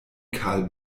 karl